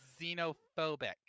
xenophobic